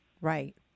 Right